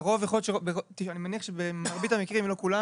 אני מניח שבמרבית המקרים לא בכולם